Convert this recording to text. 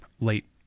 late